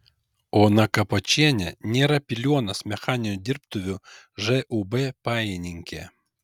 ona kapočienė nėra piliuonos mechaninių dirbtuvių žūb pajininkė